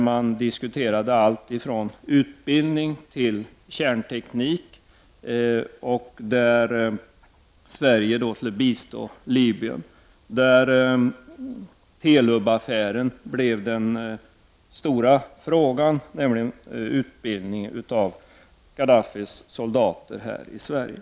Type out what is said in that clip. Man diskuterade allt från utbildning till kärnteknik, och Sverige skulle då bistå Libyen. Den stora frågan blev Telubaffären, som handlade om utbildning av Khadafis soldater här i Sverige.